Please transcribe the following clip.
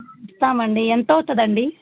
ఇస్తాం అండి ఎంత అవుతుంది అండి